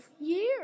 years